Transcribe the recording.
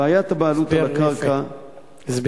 הסבר יפה.